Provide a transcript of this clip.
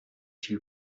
too